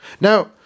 Now